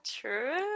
true